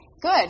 good